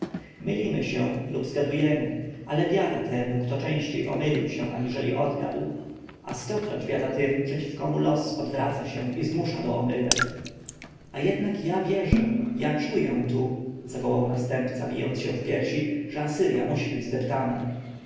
mylimy się lub zgadujemy ale biada temu kto częściej omylił się aniżeli odgadł a stokroć biada tym przeciw komu los odwraca się i zmusza do omyłek a jednak ja wierzę ja czuję tu zawołał następca bijąc się w piersi że asyrja musi być zdeptana